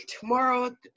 tomorrow